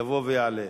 יבוא ויעלה.